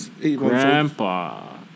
Grandpa